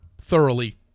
thoroughly